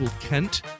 Kent